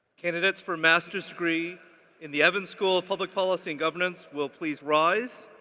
candidates for master's degrees in the evans school of public policy and governance will please rise.